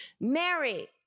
Mary